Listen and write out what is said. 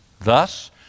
Thus